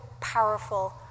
powerful